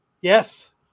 yes